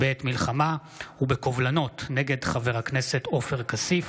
כנסת בעת מלחמה ובקובלנות נגד חבר הכנסת עופר כסיף.